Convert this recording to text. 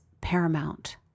paramount